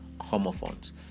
homophones